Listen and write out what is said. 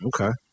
Okay